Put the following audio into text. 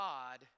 God